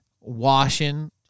washing